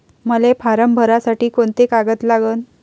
मले फारम भरासाठी कोंते कागद लागन?